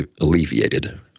alleviated